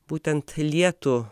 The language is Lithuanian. būtent lietų